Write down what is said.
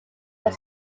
were